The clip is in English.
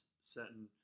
certain